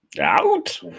Out